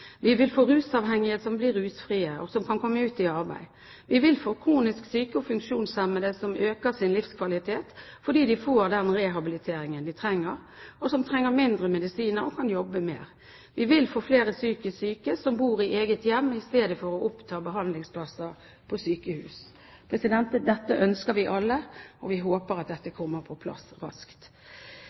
Vi vil få rusavhengige som blir rusfrie, og som kan komme ut i arbeid. Vi vil få kronisk syke og funksjonshemmede som øker sin livskvalitet fordi de får den rehabiliteringen de trenger, og som trenger mindre medisiner og kan jobbe mer. Vi vil få flere psykisk syke som bor i eget hjem i stedet for å oppta behandlingsplasser på sykehus. Dette ønsker vi alle, og vi håper at dette kommer på plass raskt.